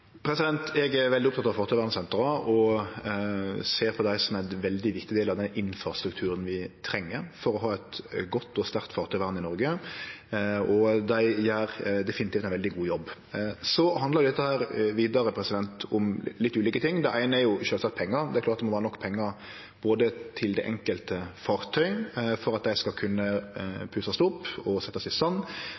Eg er veldig oppteken av fartøyvernsentra og ser på dei som ein veldig viktig del av den infrastrukturen vi treng for å ha eit godt og sterkt fartøyvern i Noreg. Dei gjer definitivt ein veldig god jobb. Dette handlar vidare om litt ulike ting. Det eine er sjølvsagt pengar. Det er klart det må vere nok pengar til både det enkelte fartøy, for at dei skal kunne pussast opp og setjast i